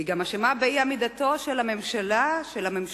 היא גם אשמה באי-עמידתו של הממשל החדש